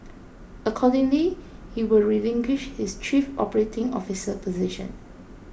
accordingly he will relinquish his chief operating officer position